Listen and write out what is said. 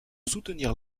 soutenir